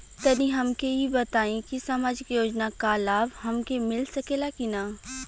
तनि हमके इ बताईं की सामाजिक योजना क लाभ हमके मिल सकेला की ना?